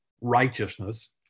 righteousness